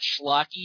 schlocky